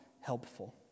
helpful